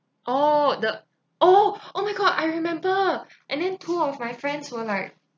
oh the oh oh my god I remember and then two of my friends were like